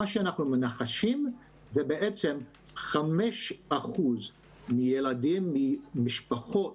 מה שאנחנו מנחשים זה ש-5% מהילדים במשפחות